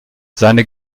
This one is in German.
seine